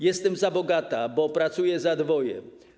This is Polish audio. Jestem za bogata, bo pracuję za dwoje.